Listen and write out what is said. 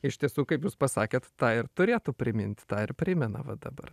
iš tiesų kaip jūs pasakėt tą ir turėtų primint tą ir primena va dabar